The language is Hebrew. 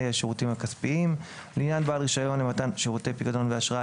השירותים הכספיים; לעניין בעל רישיון למתן שירותי פיקדון ואשראי,